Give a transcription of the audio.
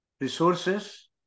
resources